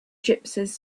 gypsies